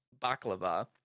baklava